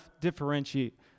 differentiate